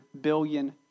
billion